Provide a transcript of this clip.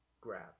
grab